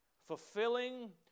Fulfilling